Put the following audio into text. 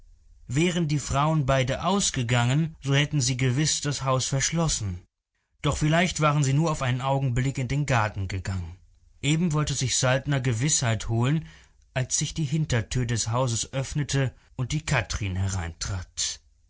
wären die frauen beide ausgegangen so hätten sie gewiß das haus verschlossen doch vielleicht waren sie nur auf einen augenblick in den garten gegangen eben wollte sich saltner gewißheit holen als sich die hintertür des hauses öffnete und die kathrin hereintrat